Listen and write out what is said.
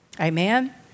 Amen